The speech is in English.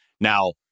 Now